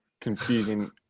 confusing